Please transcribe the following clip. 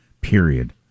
period